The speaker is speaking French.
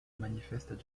manifestent